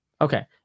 Okay